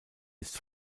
ist